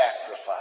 sacrifice